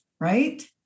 right